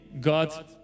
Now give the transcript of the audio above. God